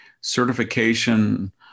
certification